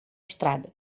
estrada